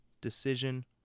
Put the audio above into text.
decision